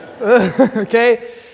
Okay